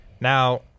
now